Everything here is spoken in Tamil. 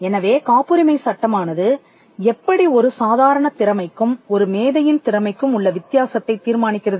எனவே காப்புரிமை சட்டமானது எப்படி ஒரு சாதாரண திறமைக்கும் ஒரு மேதையின் திறமைக்கும் உள்ள வித்தியாசத்தைத் தீர்மானிக்கிறது